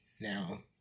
Now